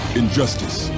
injustice